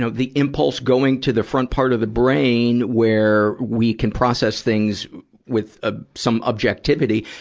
ah the impulse going to the front part of the brain where we can process things with ah some objectivity,